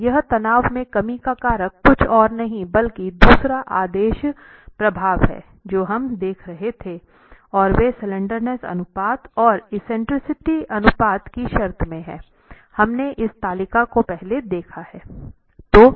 और यह तनाव में कमी का कारक कुछ और नहीं बल्कि दूसरा आदेश प्रभाव है जो हम देख रहे थे और वे स्लैंडरनेस अनुपात और एक्सेंट्रिसिटी अनुपात की शर्तें में हैं हमने इस तालिका को पहले देखा है